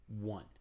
one